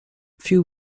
few